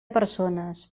persones